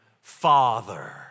father